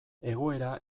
egoera